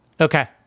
okay